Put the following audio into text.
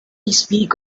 speak